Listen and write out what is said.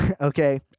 Okay